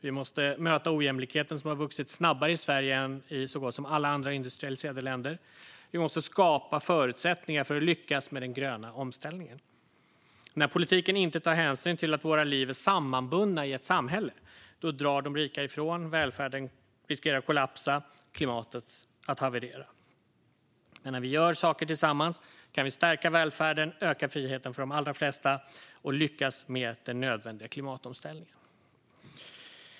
Vi måste möta ojämlikheten, som har vuxit snabbare i Sverige än i så gott som alla andra industrialiserade länder, och vi måste skapa förutsättningar för att lyckas med den gröna omställningen. När politiken inte tar hänsyn till att våra liv är sammanbundna i ett samhälle drar de rika ifrån. Då riskerar välfärden att kollapsa och klimatet att haverera. Men när vi gör saker tillsammans kan vi stärka välfärden, öka friheten för de allra flesta och lyckas med den nödvändiga klimatomställningen.